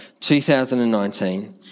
2019